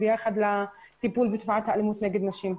ביחד בטיפול בבעיית האלימות נגד נשים.